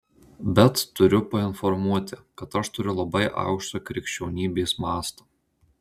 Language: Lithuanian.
bet turiu painformuoti kad aš turiu labai aukštą krikščionybės mastą